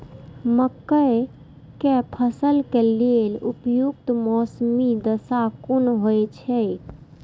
मके के फसल के लेल उपयुक्त मौसमी दशा कुन होए छै?